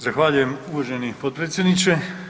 Zahvaljujem uvaženi potpredsjedniče.